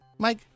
Mike